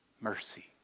mercy